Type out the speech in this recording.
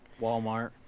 walmart